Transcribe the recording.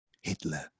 Hitler